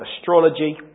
astrology